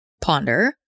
ponder